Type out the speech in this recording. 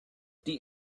die